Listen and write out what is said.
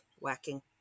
whacking